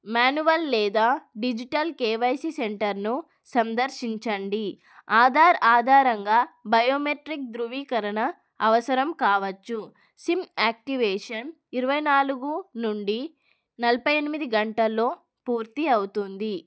manual లేదా digital KYC సెంటర్ను సందర్శించండి ఆధార ఆధారంగా బయోమెట్రిక్ ధ్రువీకరణ అవసరం కావచ్చు సిమ్ యాక్టివేషన్ ఇరవై నాలుగూ నుండి నలఫై ఎనిమిది గంటల్లో పూర్తి అవుతుంది